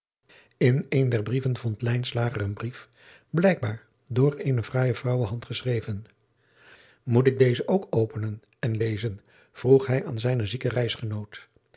in een der brieven vond lijnslager een brief blijkbaar door eene fraaije vrouwenhand geschreven moet ik dezen ook openen en lezen vroeg hij aan zijnen zieken reisgenoot